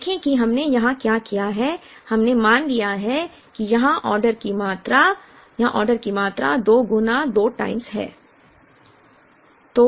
देखें कि हमने यहां क्या किया है हमने मान लिया है कि यहां ऑर्डर की मात्रा यहां ऑर्डर की मात्रा 2 गुना टाइम्स है